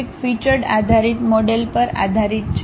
અને આ software parametric featured આધારિત મોડેલ પર આધારિત છે